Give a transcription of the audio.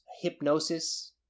hypnosis